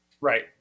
Right